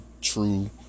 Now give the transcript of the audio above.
true